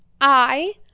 I